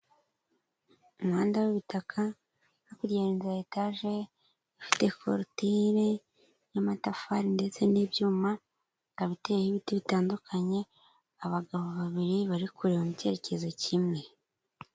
Umuhanda w'ibitaka hakurya hari inzu ya etaje ifite korutire y'amatafari ndetse n'ibyuma, ikaba iteyeho ibiti bitandukanye, abagabo babiri bari kureba mu cyerekezo kimwe.